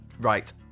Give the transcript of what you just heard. Right